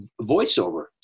voiceover